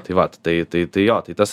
tai vat tai tai tai jo tai tas